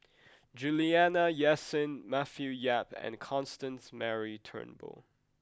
Juliana Yasin Matthew Yap and Constance Mary Turnbull